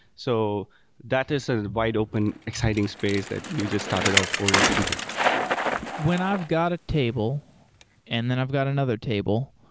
so that is a wide open exciting space that we just started our foray into when i've got a table and then i've got another table,